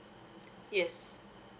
yes